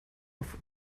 auf